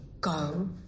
go